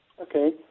Okay